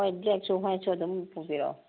ꯍꯣꯏ ꯕ꯭ꯂꯦꯛꯁꯨ ꯋꯥꯏꯠꯁꯨ ꯑꯗꯨꯝ ꯄꯨꯕꯤꯔꯣ